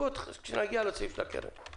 כשנגיע לסעיף נדבר על זה.